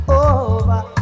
over